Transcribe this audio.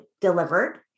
delivered